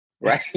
right